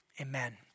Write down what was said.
Amen